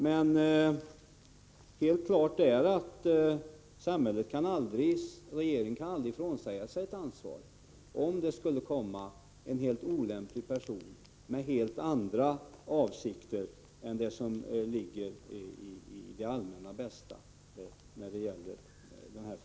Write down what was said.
Men det står klart att regeringen aldrig kan frånsäga sig sitt ansvar, om det skulle komma en helt olämplig person med helt andra avsikter än dem som ligger i det allmännas intresse när — Nr 52 det gäller dessa frågor.